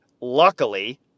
Luckily